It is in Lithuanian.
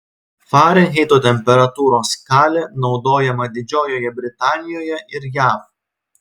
farenheito temperatūros skalė naudojama didžiojoje britanijoje ir jav